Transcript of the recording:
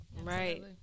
right